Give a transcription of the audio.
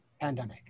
pandemic